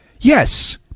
yes